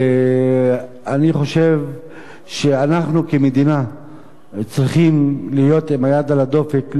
ואני חושב שאנחנו כמדינה צריכים להיות עם היד על הדופק.